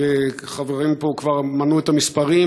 חברים פה כבר מנו את המספרים,